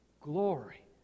glory